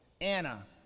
Anna